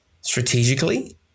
strategically